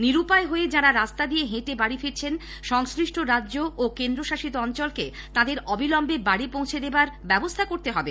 নিরুপায় হয়ে যাঁরা রাস্তা দিয়ে হেঁটে বাড়ি ফিরছেন সংশ্লিষ্ট রাজ্য ও কেন্দ্রশাসিত অঞ্চলকে তাদের অবিলম্বে বাড়ি পৌঁছে দেবার ব্যবস্থা করতে হবে